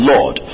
Lord